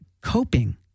coping